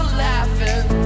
laughing